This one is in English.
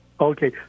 Okay